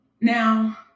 Now